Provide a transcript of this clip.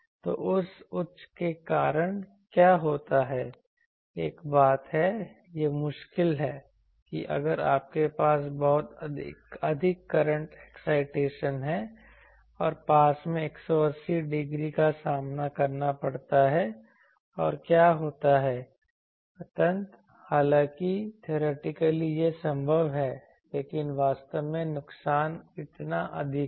तो उस उच्च के कारण क्या होता है एक बात है यह बहुत मुश्किल है कि अगर आपके पास बहुत अधिक करंट एक्साइटेशन है और पास में 180 डिग्री का सामना करना पड़ता है और क्या होता है अंततः हालांकि थियोरेटिकली यह संभव है लेकिन वास्तव में नुकसान इतना अधिक है